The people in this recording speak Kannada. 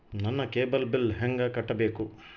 ನನ್ನ ಕೇಬಲ್ ಬಿಲ್ ಹೆಂಗ ಕಟ್ಟಬೇಕು?